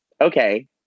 okay